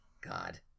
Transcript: God